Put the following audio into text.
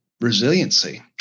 resiliency